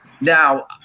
Now